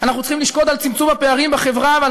אנחנו צריכים לשקוד על צמצום הפערים בחברה ועל